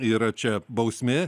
yra čia bausmė